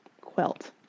quilt